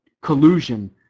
Collusion